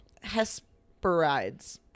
Hesperides